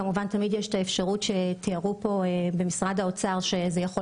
כמובן שתמיד יש את האפשרות שתיארו פה נציגי משרד האוצר שזה יכול